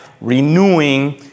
renewing